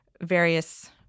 various